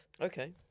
Okay